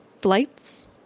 Flights